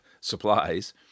Supplies